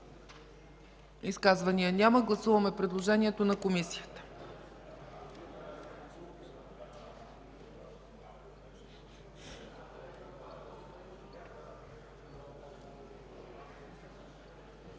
Изказвания? Няма. Гласуваме предложението на Комисията.